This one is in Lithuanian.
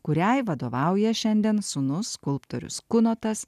kuriai vadovauja šiandien sūnus skulptorius kunotas